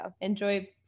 enjoy